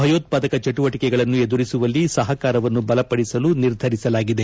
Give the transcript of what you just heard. ಭಯೋತ್ಸಾದಕ ಕಾರ್ಯ ಚಟುವಟಿಕೆಗಳನ್ನು ಎದುರಿಸುವಲ್ಲಿ ಸಹಕಾರವನ್ನು ಬಲಪಡಿಸಲು ನಿರ್ಧರಿಸಲಾಗಿದೆ